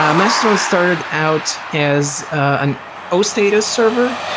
ah mastodon started out as an ostatus server.